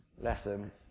lesson